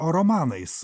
o romanais